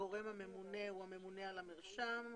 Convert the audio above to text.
הגורם הממונה הוא הממונה על המרשם.